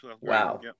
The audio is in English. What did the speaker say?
Wow